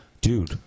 dude